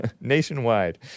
Nationwide